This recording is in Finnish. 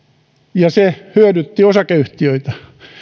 ja se hyödytti osakeyhtiöitä